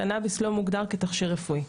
קנאביס לא מוגדר כתכשיר רפואי.